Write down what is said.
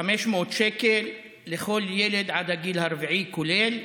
500 שקל לכל ילד עד ילד רביעי, כולל,